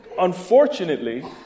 Unfortunately